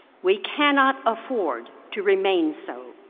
we cannot afford to remain so.